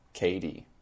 KD